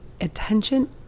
attention